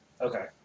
Okay